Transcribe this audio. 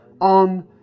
on